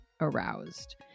aroused